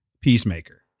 Peacemaker